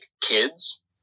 kids